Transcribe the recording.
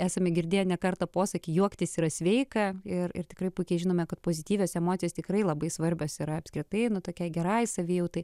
esame girdėję ne kartą posakį juoktis yra sveika ir ir tikrai puikiai žinome kad pozityvios emocijos tikrai labai svarbios yra apskritai nu tuokiai gerai savijautai